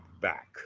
back